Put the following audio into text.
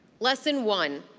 lesson one,